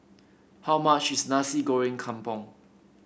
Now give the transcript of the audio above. how much is Nasi Goreng Kampung